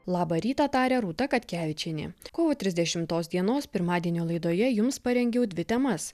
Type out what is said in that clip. labą rytą taria rūta katkevičienė kovo trisdešimtos dienos pirmadienio laidoje jums parengiau dvi temas